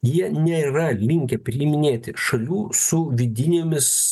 jie nėra linkę priiminėti šalių su vidinėmis